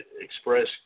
Express